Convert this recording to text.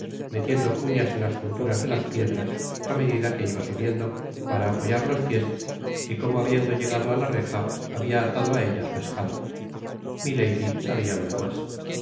metiendo cuñas en las junturas de las piedras á medida que iba subiendo para apoyar los piés y como habiendo llegado á la reja babia atado á ella su escala milady sabia lo demás